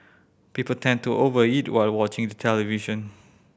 people tend to over eat while watching the television